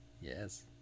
Yes